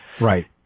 right